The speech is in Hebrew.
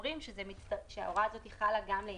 (2)לא מסר ללקוח הזכאי לכך פלט של שיק ממוחשב,